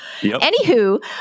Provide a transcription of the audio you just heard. Anywho